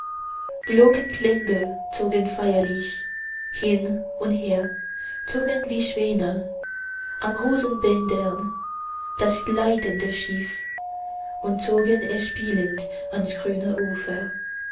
glockenklänge zogen feierlich hin und her zogen wie schwäne an rosenbändern das gleitende schiff und zogen es spielend ans grüne ufer